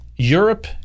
Europe